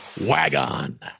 Wagon